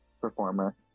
Performer